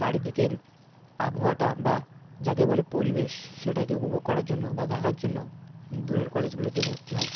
চারিদিকের আবহাওয়াটা বা যাকে বলে পরিবেশ সেটাকে উপভোগ করার জন্য বা দেখার জন্য দূরের কলেজগুলোতে ভর্তি হয়